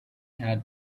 had